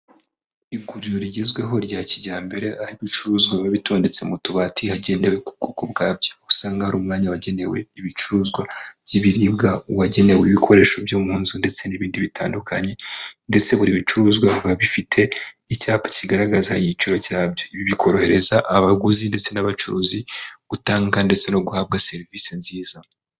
Iguriro rigezweho rya kijyambere aho ibicuruzwa biba bitondetse mu tubati hagendewe ku bwoko bwabyo, usanga hari umwanya wagenewe ibicuruzwa by'ibiribwa ,uwagenewe ibikoresho byo mu nzu ndetse n'ibindi bitandukanye ndetse buri bicuruzwa biba bifite n'icyapa kigaragaza igiciro cyabyo, bikorohereza abaguzi ndetse n'abacuruzi gutanga ndetse no guhabwa serivise nziza.